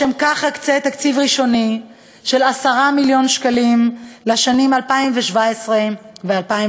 לשם כך אקצה תקציב ראשוני של 10 מיליון שקלים לשנים 2017 ו-2018,